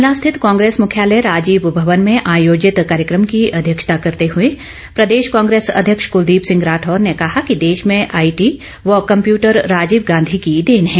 शिमला स्थित कांग्रेस मुख्यालय राजीव भवन में आयोजित कार्यक्रम की अध्यक्षता करते हुए प्रदेश कांग्रेस अध्यक्ष कलदीप सिंह राठौर ने कहा कि देश में आईटी व कम्पयटर राजीव गांधी की देन है